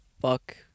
fuck